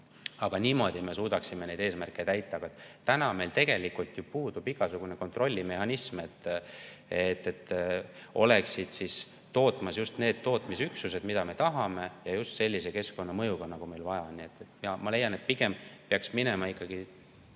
Aga niimoodi me suudaksime neid eesmärke täita. Täna meil tegelikult puudub igasugune kontrollimehhanism, et oleksid töös just need tootmisüksused, mida me tahame, ja just sellise keskkonnamõjuga, nagu meil vaja on. Ma leian, et pigem peaks minema sammu